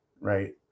right